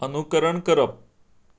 अनुकरण करप